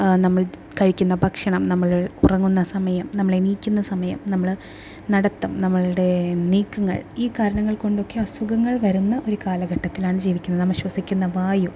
നമ്മൾ കഴിക്കുന്ന ഭക്ഷണം നമ്മൾ ഉറങ്ങുന്ന സമയം നമ്മളെണീക്കുന്ന സമയം നമ്മൾ നടത്തം നമ്മളുടെ നീക്കങ്ങൾ ഈ കാരണങ്ങൾ കൊണ്ടൊക്കെ അസുഖങ്ങൾ വരുന്ന ഒരു കാലഘട്ടത്തിലാണ് ജീവിക്കുന്നത് നാം ശ്വസിക്കുന്ന വായു